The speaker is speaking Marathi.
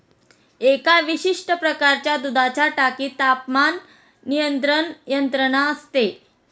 एका विशिष्ट प्रकारच्या दुधाच्या टाकीत तापमान नियंत्रण यंत्रणा असते